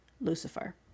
Lucifer